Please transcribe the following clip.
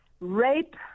rape